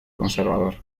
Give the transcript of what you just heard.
conservador